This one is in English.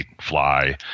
fly